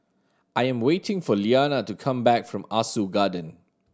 I am waiting for Iyanna to come back from Ah Soo Garden